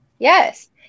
Yes